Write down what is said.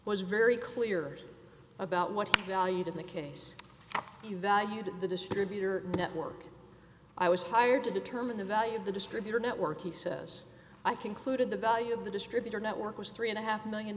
was very clear about what have valued in the case you value to the distributor network i was hired to determine the value of the distributor network he says i concluded the value of the distributor network was three and a half one million